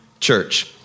church